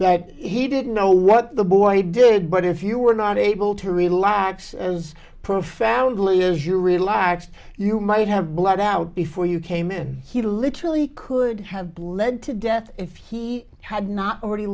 that he didn't know what the boy did but if you were not able to relax as profoundly is your relaxed you might have bled out before you came in he literally could have bled to death if he had not already